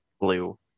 Blue